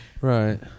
right